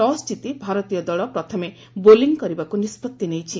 ଟସ୍ଜିତି ଭାରତୀୟ ଦଳ ପ୍ରଥମେ ବୋଲିଂ କରିବାକୁ ନିଷ୍ଉରି ନେଇଛି